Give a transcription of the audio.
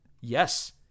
Yes